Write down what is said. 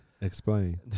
Explain